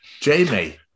Jamie